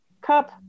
Cup